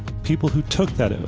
people who took that,